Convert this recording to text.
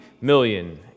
million